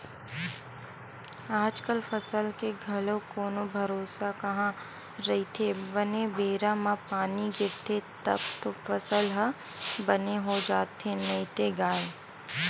आजकल फसल के घलो कोनो भरोसा कहाँ रहिथे बने बेरा म पानी गिरगे तब तो फसल ह बने हो जाथे नइते गय